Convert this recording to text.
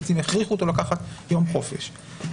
בעצם יכריחו אותו לקחת יום חופש.